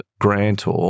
grantor